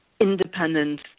independent